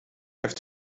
have